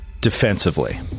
defensively